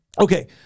Okay